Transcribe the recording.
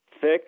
thick